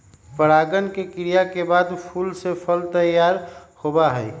परागण के क्रिया के बाद फूल से फल तैयार होबा हई